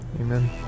Amen